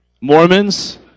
Mormons